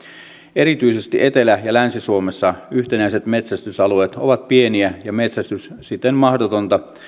erityisesti etelä ja länsi suomessa yhtenäiset metsästysalueet ovat pieniä ja metsästys siten mahdotonta